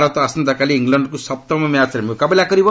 ଭାରତ ଆସନ୍ତାକାଲି ଇଂଲଣ୍ଡକୁ ସପ୍ତମ ମ୍ୟାଚ୍ରେ ମୁକାବିଲା କରିବ